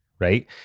right